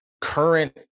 current